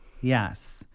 Yes